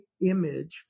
image